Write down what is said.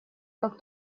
как